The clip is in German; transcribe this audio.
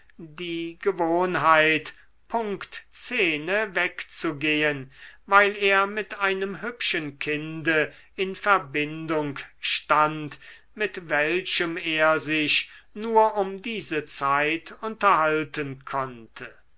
die gewohnheit punkt zehne wegzugehen weil er mit einem hübschen kinde in verbindung stand mit welchem er sich nur um diese zeit unterhalten konnte